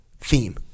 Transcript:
theme